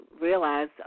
realize